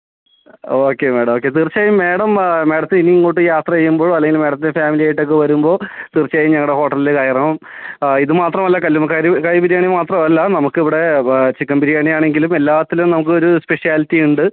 okay madam okay തീർച്ചയായും madam ആ മാഡത്തിന് ഇനി ഇങ്ങോട്ട് യാത്ര ചെയ്യുമ്പോൾ അല്ലെങ്കിൽ മാഡത്തിന് ഫാമിലിയായിട്ടൊക്കെ വരുമ്പോൾ തീർച്ചയായും ഞങ്ങളുടെ ഹോട്ടലിൽ കയറണം ഇതുമാത്രം അല്ല കല്ലുമക്കായ കായ ബിരിയാണി മാത്രമല്ല നമുക്ക് ഇവിടെ ചിക്കൻ ബിരിയാണി ആണെങ്കിലും എല്ലാത്തിലും നമുക്ക് ഒരു സ്പെഷ്യാലിറ്റി ഉണ്ട്